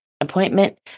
appointment